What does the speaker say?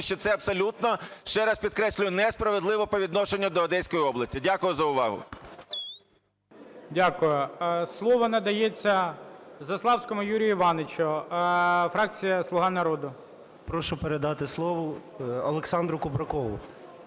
що це абсолютно, ще раз підкреслюю, несправедливо по відношенню до Одеської області. Дякую за увагу. ГОЛОВУЮЧИЙ. Дякую. Слово надається Заславському Юрію Івановичу, фракція "Слуга народу". 18:01:09 ЗАСЛАВСЬКИЙ Ю.І. Прошу передати слово Олександру Кубракову.